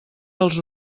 dels